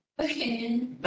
Okay